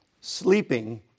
sleeping